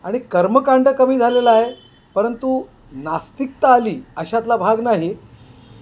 आणि कर्मकांड कमी झालेलं आहे परंतु नास्तिकता आली अशातला भाग नाही